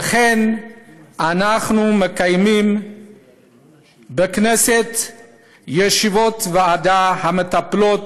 ואנחנו מקיימים בכנסת ישיבות ועדה המטפלות